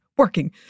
Working